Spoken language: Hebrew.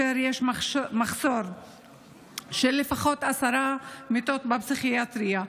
יש מחסור של לפחות עשר מיטות בפסיכיאטריה,